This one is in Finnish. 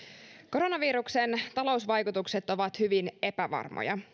koronaviruksen talousvaikutukset ovat hyvin epävarmoja kyse